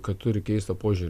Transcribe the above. kad turi keistą požiūrį